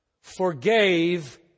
forgave